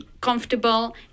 comfortable